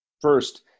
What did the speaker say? first